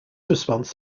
response